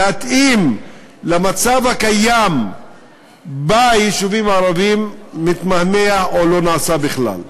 כדי להתאים למצב הקיים ביישובים הערביים מתמהמהת או לא נעשית בכלל,